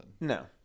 No